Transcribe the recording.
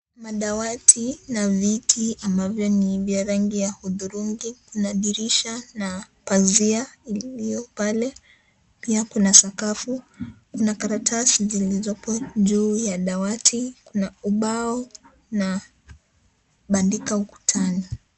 Madawati na viti ambavyo ni vya rangi ya hudhurungi. Kuna dirisha na pazia iliyo pale, pia kuna sakafu. Kuna karatasi zilizopo juu ya dawati, kuna ubao na bandika ukutani.